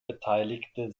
beteiligte